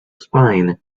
spine